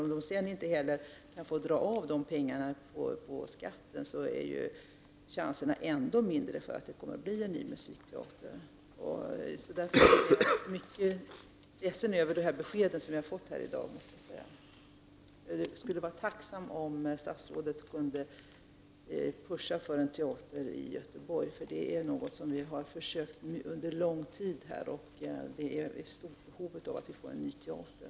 Om de sedan inte heller får dra av de pengarna på skatten, är chanserna för att det kommer att bli en ny musikteater ännu mindre. Jag måste säga att jag är mycket ledsen över de besked som jag har fått här i dag. Jag skulle vara tacksam om statsrådet kunde ”pusha” för en teater i Göteborg — det är någonting som vi under lång tid försökt åstadkomma, och vi är stort behov av att få en ny teater.